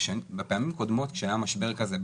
בפעמים הקודמות כשהיה משבר כזה,